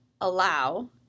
allow